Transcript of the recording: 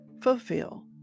Fulfill